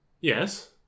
Yes